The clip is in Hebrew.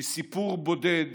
מסיפור בודד